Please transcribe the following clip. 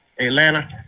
Atlanta